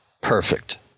perfect